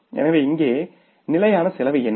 எனவே இங்கே நிலையான செலவு என்ன